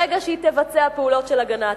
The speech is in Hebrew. ברגע שהיא תבצע פעולות של הגנה עצמית.